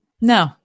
No